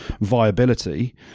viability